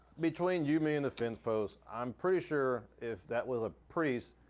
between you, me and the fence post, i'm pretty sure if that was a priest,